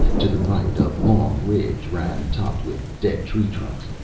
to the right a long ridge ran, topped with dead tree trunks.